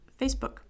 Facebook